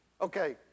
Okay